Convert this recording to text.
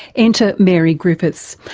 enter mary griffiths,